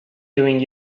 doing